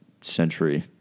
century